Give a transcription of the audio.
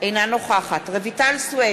אינה נוכחת רויטל סויד,